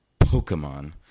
Pokemon